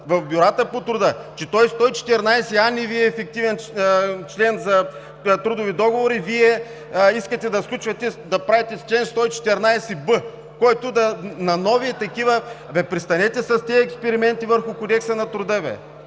в бюрата по труда, че и 114а не е ефективен член за трудови договори, а Вие искате да правите чл. 114б, който да... Абе престанете с тези експерименти върху Кодекса на труда.